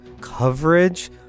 coverage